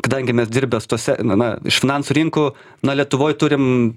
kadangi mes dirbęs tose na na iš finansų rinkų na lietuvoj turim